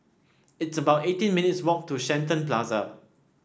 it's about eighteen minutes' walk to Shenton Plaza